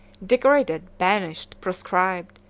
degraded, banished, proscribed,